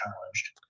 challenged